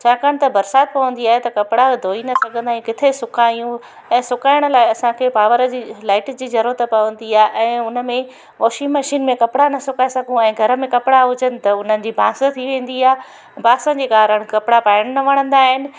छाकाणि त बरसाति पवंदी आहे त कपिड़ा धोई न सघंदायूं किथे सुकायूं ऐं सुकाइण लाइ असांखे पावर जी लाइट जी ज़रूरत पवंदी आहे ऐं उन में वॉशिंग मशीन में कपिड़ा न सुकाए सघूं ऐं घर में कपिड़ा हुजनि त उन्हनि जी बांस थी वेंदी आहे बांस जे कारण कपिड़ा पाइणु न वणंदा आहिनि